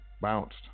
bounced